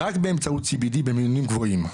רק באמצעות CBD במינונים גבוהים,